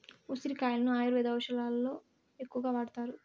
ఉసిరి కాయలను ఆయుర్వేద ఔషదాలలో ఎక్కువగా వాడతారు